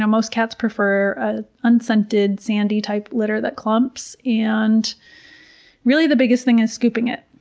ah most cats prefer ah unscented sandy-type litter that clumps. and really, the biggest thing is scooping it.